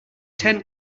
ten